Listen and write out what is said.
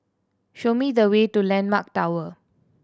show me the way to Landmark Tower